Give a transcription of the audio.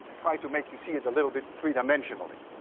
trying to make you see it a little bit three-dimensionally.